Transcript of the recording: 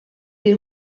des